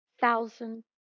thousand